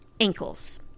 ankles